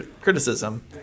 criticism